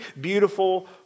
beautiful